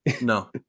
No